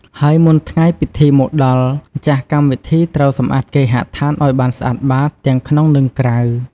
ហើយមុនថ្ងៃពិធីមកដល់ ម្ខាស់កម្មវិធីត្រូវសម្អាតគេហដ្ឋានឲ្យបានស្អាតបាត ទាំងក្នុង និងក្រៅ។